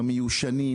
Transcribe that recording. המיושנים,